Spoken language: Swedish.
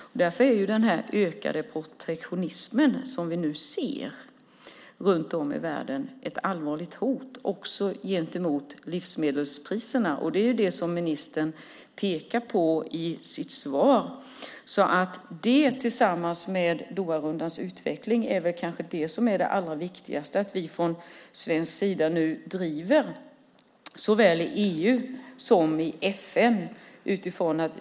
Därför är den ökade protektionism som vi nu ser runt om i världen ett allvarligt hot också gentemot livsmedelspriserna. Det är det som ministern pekar på i sitt svar. Det tillsammans med Doharundans utveckling är kanske det som det är allra viktigast att vi driver från svensk sida såväl i EU som i FN.